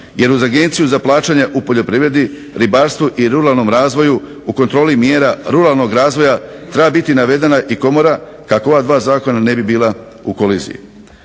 jer uz Agenciju za plaćanja u poljoprivredi, ribarstvo i ruralnom razvoju u kontroli mjera ruralnog razvoja treba biti navedena i komora, kako ova dva zakona ne bi bila u koliziji.